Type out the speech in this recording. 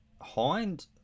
Hind